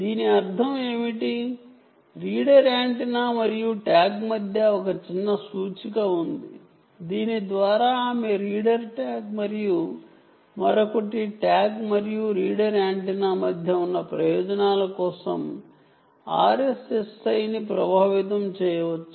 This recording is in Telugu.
దీని అర్థం ఏమిటంటే రీడర్ యాంటెన్నా మరియు ట్యాగ్ మధ్య ఒక చిన్న సూచిక ఉంది దీని ద్వారా ఆమె రీడర్ ట్యాగ్ మరియు మరొకటి ట్యాగ్ మరియు రీడర్ యాంటెన్నా మధ్య ఉన్న ప్రయోజనాల కోసం RSSI ని ప్రభావితం చేయవచ్చు